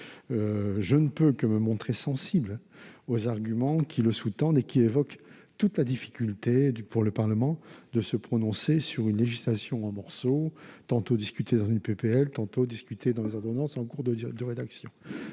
je ne puis que me montrer sensible aux arguments qui le sous-tendent et qui évoquent toute la difficulté du Parlement à se prononcer sur une législation en morceaux, discutée tantôt dans une proposition de loi, tantôt dans des ordonnances en cours de rédaction.